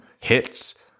hits